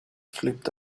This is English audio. flipped